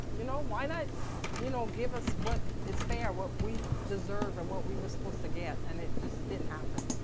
you know? why not you know give us what is fair, what we deserve and we were supposed to get and it just didn't happen.